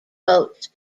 boats